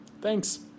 thanks